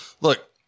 Look